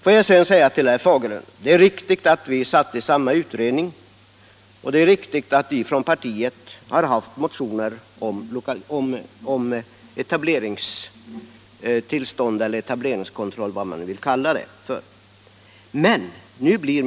Till herr Fagerlund vill jag säga att det är riktigt att vi satt i samma utredning, och det är riktigt att vi från partiet har haft motioner om etableringstillstånd eller — om man så vill kalla det — etableringskontroll.